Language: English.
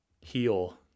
heal